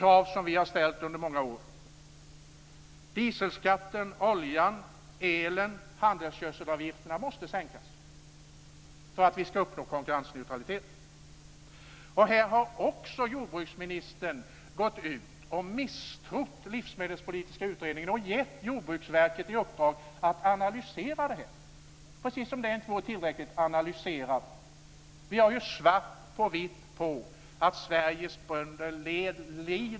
Dieselskatten, skatten för oljan och elen samt handelsgödselavgifterna måste sänkas för att vi ska uppnå konkurrensneutralitet. Här har också jordbruksministern gått ut och misstrott Livsmedelspolitiska utredningen och gett Jordbruksverket i uppdrag att analysera det här, precis som det inte vore tillräckligt analyserat.